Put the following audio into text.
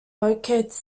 locates